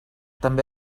també